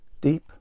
deep